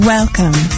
Welcome